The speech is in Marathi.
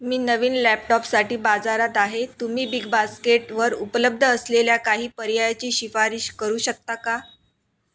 मी नवीन लॅपटॉपसाठी बाजारात आहे तुम्ही बिग बास्केटवर उपलब्ध असलेल्या काही पर्यायाची शिफारस करू शकता का